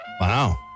Wow